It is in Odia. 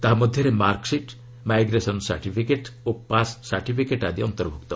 ତାହା ମଧ୍ୟରେ ମାର୍କସିଟ୍ ମାଇଗ୍ରେସନ ସାର୍ଟିଫିକେଟ୍ ଓ ପାସ୍ ସାର୍ଟିଫିକେଟ୍ ଆଦି ଅନ୍ତର୍ଭୁକ୍ତ